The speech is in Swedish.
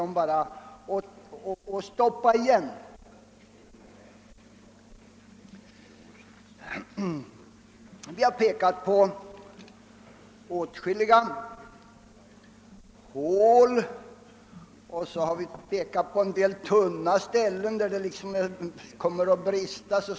Vi har fäst uppmärksamheten på åtskilliga hål och på en del tunna ställen där det så småningom kommer att brista.